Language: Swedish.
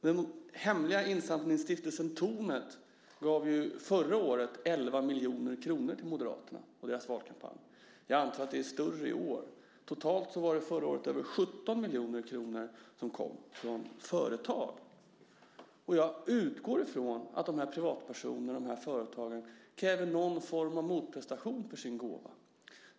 Den hemliga insamlingsstiftelsen Tornet gav förra året 11 miljoner kronor till Moderaterna och deras valkampanj. Jag antar att beloppet är större i år. Totalt var det förra året över 17 miljoner kronor som kom från företag. Jag utgår från att de här privatpersonerna och de här företagen kräver någon form av motprestation för sin gåva.